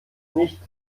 nicht